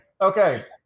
Okay